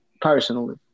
personally